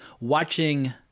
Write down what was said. watching